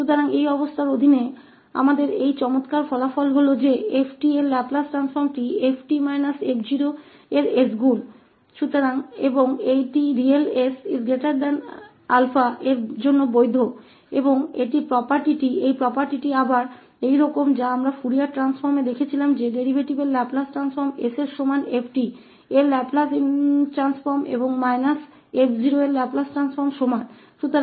तो इन शर्तों के तहत हमारे पास यह अच्छा परिणाम है कि 𝑓′𝑡 का लाप्लास परिवर्तन 𝑓𝑡 −f के लाप्लास का गुना है और यह वास्तविक 𝑠 𝛼 के लिए मान्य है और यह संपत्ति फिर से समान कहती है फूरियर रूपांतरण में हमारे पास जो था वह यह है कि डेरीवेटिव का लाप्लास परिवर्तन s f𝑡 के लाप्लास परिवर्तन के बराबर है और इस 𝑓 को घटाता है